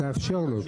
תאפשר לו תאפשר.